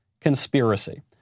conspiracy